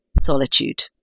solitude